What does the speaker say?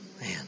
Man